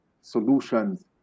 solutions